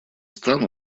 стран